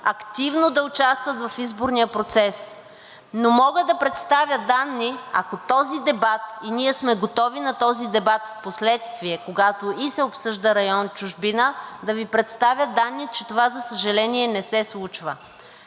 активно да участват в изборния процес. Мога да представя данни, ако този дебат и ние сме готови на този дебат впоследствие, когато и се обсъжда район „Чужбина“, да Ви представя данни, че това, за съжаление, не се случва